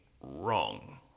wrong